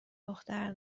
دختر